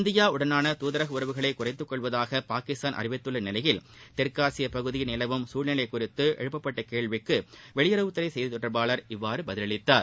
இந்தியாவுடனான தூதரக உறவுகளை குறைத்துக்கொள்வதாக பாகிஸ்தான் அறிவித்துள்ள நிலையில் தெற்காசிய பகுதியில் நிலவும் சூழ்நிலை குறித்து எழுப்பப்பட்ட கேள்விக்கு வெளியுறவுத்துறை சுய்தி தொடர்பாளர் இவ்வாறு பதிலளித்தார்